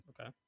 Okay